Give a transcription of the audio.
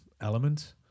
element